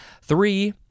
Three